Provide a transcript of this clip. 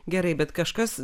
gerai bet kažkas